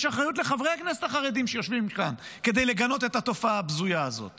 יש אחריות לחברי הכנסת החרדים שיושבים כאן לגנות את התופעה הבזויה הזאת